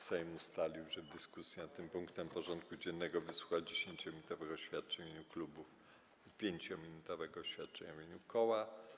Sejm ustalił, że w dyskusji nad tym punktem porządku dziennego wysłucha 10-minutowych oświadczeń w imieniu klubów i 5-minutowego oświadczenia w imieniu koła.